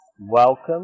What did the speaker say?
Welcome